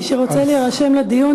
מי שרוצה להירשם לדיון,